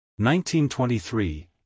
1923